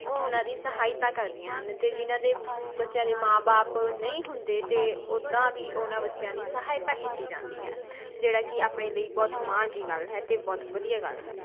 ਉਹ ਉਹਨਾਂ ਦੀ ਸਹਾਇਤਾ ਕਰਦੀਆਂ ਹਨ ਅਤੇ ਜਿਨ੍ਹਾਂ ਦੇ ਬੱਚਿਆਂ ਦੇ ਮਾਂ ਬਾਪ ਨਹੀਂ ਹੁੰਦੇ ਅਤੇ ਉੱਦਾਂ ਵੀ ਉਹਨਾਂ ਬੱਚਿਆਂ ਦੀ ਸਹਾਇਤਾ ਕੀਤੀ ਜਾਂਦੀ ਹੈ ਜਿਹੜਾ ਕਿ ਆਪਣੇ ਲਈ ਬਹੁਤ ਮਾਣ ਦੀ ਗੱਲ ਹੈ ਅਤੇ ਬਹੁਤ ਵਧੀਆ ਗੱਲ ਹੈ